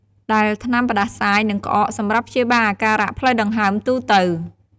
ដែលថ្នាំផ្តាសាយ និងក្អក សម្រាប់ព្យាបាលអាការៈផ្លូវដង្ហើមទូទៅ។